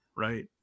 Right